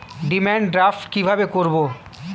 Demand draft কীভাবে করব?